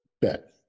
Bet